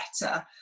better